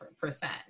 percent